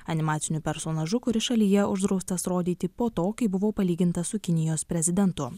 animaciniu personažu kuris šalyje uždraustas rodyti po to kai buvau palyginta su kinijos prezidentu